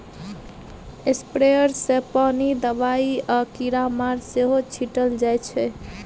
sprayer सँ पानि, दबाइ आ कीरामार सेहो छीटल जाइ छै